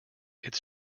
its